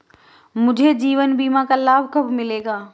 मुझे जीवन बीमा का लाभ कब मिलेगा?